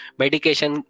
medication